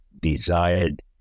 desired